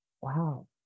wow